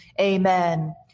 amen